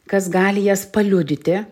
kas gali jas paliudyti